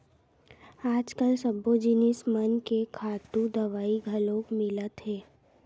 आजकाल सब्बो जिनिस मन के खातू दवई घलोक मिलत हे